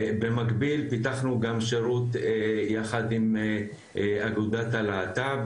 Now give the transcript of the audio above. במקביל פיתחנו גם שירות יחד עם אגודת הלהט"ב,